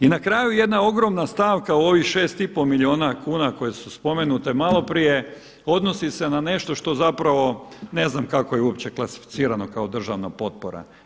I na kraju jedna ogromna stavka u ovih 6,5 milijuna kuna koje su spomenute maloprije odnosi se na nešto što zapravo ne znam kako ih uopće klasificirano kao državna potpora.